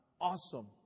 awesome